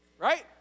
Right